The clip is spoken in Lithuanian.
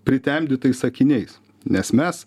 pritemdytais akiniais nes mes